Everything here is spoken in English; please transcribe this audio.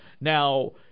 Now